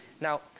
Now